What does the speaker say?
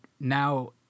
now